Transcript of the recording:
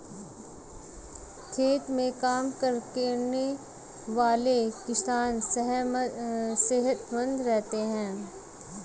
खेत में काम करने वाले किसान सेहतमंद रहते हैं